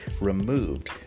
removed